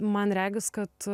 man regis kad